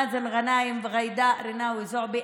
מאזן גנאים וג'ידא רינאוי זועבי,